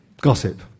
Gossip